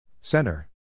Center